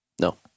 No